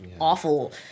awful